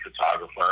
photographer